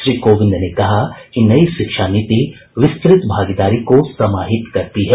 श्री कोविंद ने कहा कि नई शिक्षा नीति विस्तृत भागीदारी को समाहित करती है